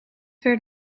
werd